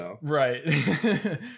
Right